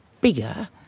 bigger